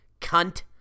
cunt